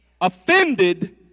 Offended